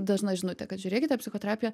dažna žinutė kad žiūrėkite psichoterapija